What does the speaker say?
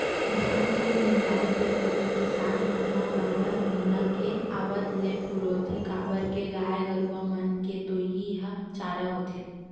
धान के मिंजाय पेरा ल किसान मन ह बारह महिना के आवत ले पुरोथे काबर के गाय गरूवा मन के तो इहीं ह चारा होथे